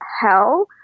hell